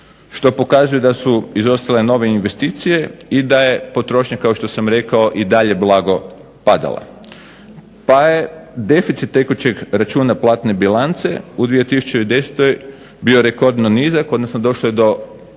što pokazuje da su izostale nove investicije i da je potrošnja kao što sam rekao i dalje blago padala. Pa je deficit tekućeg računa platne bilance u 2010. bio rekordno nizak, odnosno došlo je do